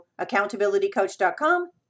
accountabilitycoach.com